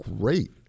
great